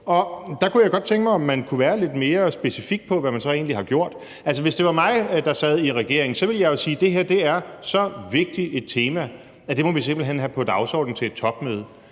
Der kunne jeg godt tænke mig, om man kunne være lidt mere specifik på, hvad man så egentlig har gjort. Hvis det var mig, der sad i regeringen, så ville jeg jo sige, at det her er så vigtigt et tema, at det må vi simpelt hen have på dagsordenen til et topmøde,